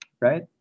right